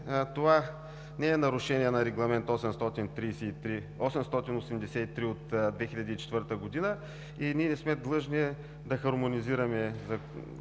това не е нарушение на Регламент 883 от 2004 г. и ние не сме длъжни да хармонизираме